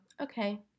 okay